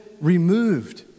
removed